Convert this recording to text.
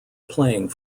playing